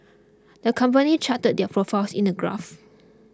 the company charted their profits in the graph